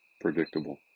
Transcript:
predictable